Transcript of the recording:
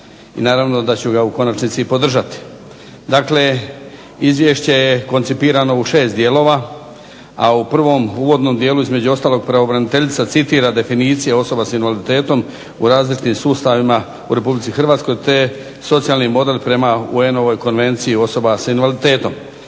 i naravno da ću ga u konačnici podržati. Dakle, izvješće je koncipirano u 6 dijelova, a u prvom uvodnom dijelu između ostalog pravobraniteljica citira definicije osobe sa invaliditetom u različitim sustavima u RH te socijalnim odredbama prema UN konvenciji osobe sa invaliditetom.